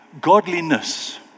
godliness